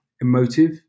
emotive